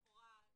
לכאורה,